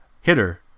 hitter